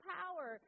power